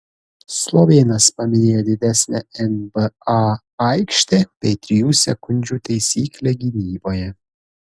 slovėnas paminėjo didesnę nba aikštę bei trijų sekundžių taisyklę gynyboje